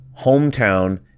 hometown